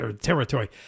territory